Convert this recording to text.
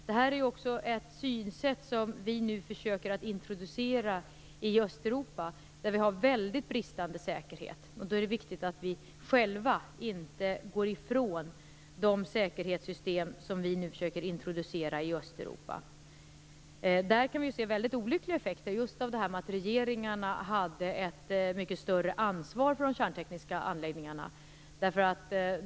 Detta är också ett synsätt som vi nu försöker att introducera i Östeuropa, där man har väldigt bristande säkerhet. Då är det viktigt att vi inte själva går ifrån de säkerhetssystem som vi nu försöker introducera i Östeuropa. Där kan man ju se väldigt olyckliga effekter just av att regeringarna där hade ett mycket större ansvar för de kärntekniska anläggningarna.